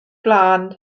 blaen